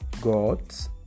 God's